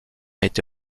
été